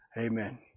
Amen